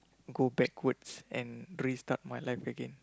go backwards and restart my life again